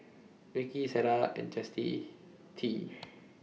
Vicky Sierra and Chasity T